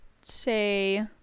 say